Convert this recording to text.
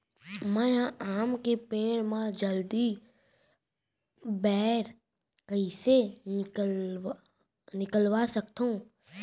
मैं ह आम के पेड़ मा जलदी बौर कइसे निकलवा सकथो?